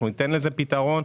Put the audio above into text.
אנחנו ניתן לזה פתרון.